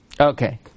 Okay